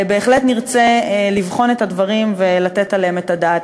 בהחלט נרצה לבחון את הדברים ולתת עליהם את הדעת.